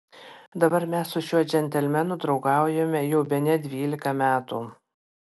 dabar mes su šiuo džentelmenu draugaujame jau bene dvylika metų